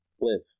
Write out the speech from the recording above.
live